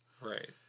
right